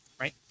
right